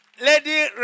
Lady